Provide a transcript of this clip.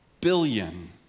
billion